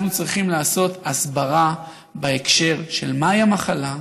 אנחנו צריכים לעשות הסברה בהקשר של מהי המחלה,